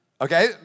Okay